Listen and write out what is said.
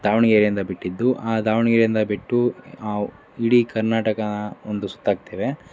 ದಾವಣಗೆರೆಯಿಂದ ಬಿಟ್ಟಿದ್ದು ಆ ದಾವಣಗೆರೆಯಿಂದ ಬಿಟ್ಟು ಇಡೀ ಕರ್ನಾಟಕಾನ ಒಂದು ಸುತ್ತಾಕ್ತೇವೆ